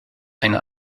eine